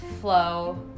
flow